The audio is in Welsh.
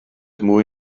mwy